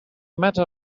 matter